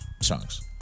songs